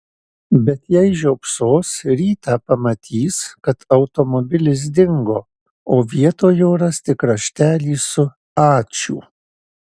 bet jei žiopsos rytą pamatys kad automobilis dingo o vietoj jo ras tik raštelį su ačiū